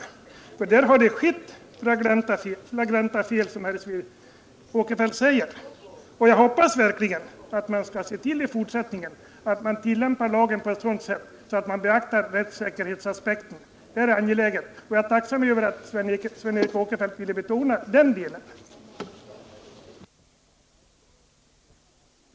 Där har det nämligen skett flagranta övertramp, som herr Åkerfeldt uttryckte det, och jag hoppas verkligen att man i fortsättningen skall se till att lagen tillämpas på ett sådant sätt att man beaktar rättssäkerhetsaspekten — det är angeläget, och jag är tacksam över att Sven Eric Åkerfeldt ville betona den delen av frågan.